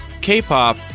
K-pop